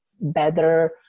better